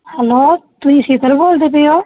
hello ਤੁਸੀਂ ਸ਼ੀਤਲ ਬੋਲਦੇ ਪਏ ਹੋ